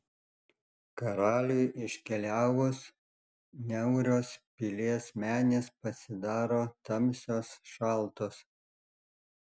karaliui iškeliavus niaurios pilies menės pasidaro tamsios šaltos